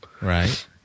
right